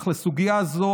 אך לסוגיה זו,